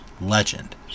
legend